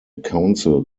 council